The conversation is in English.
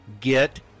get